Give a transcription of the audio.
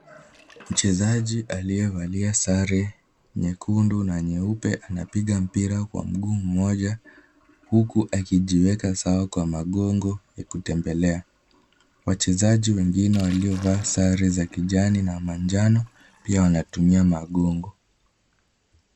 Mchezaji aliyevalia sare nyekundu na nyeupe anapiga mpira kwa mguu mmoja huku akijiweka sawa kwa magongo ya kutembelea. Wachezaji wengine waliovaa sare za kijani na manjano pia wanatumia magongo.